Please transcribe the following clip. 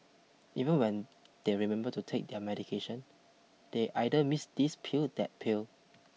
even when they remember to take their medication they either miss this pill that pill